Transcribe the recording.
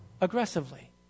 aggressively